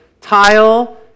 tile